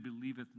believeth